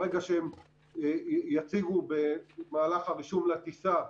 ברגע שהם יציגו במהלך הרישום לטיסה,